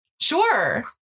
Sure